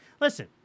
Listen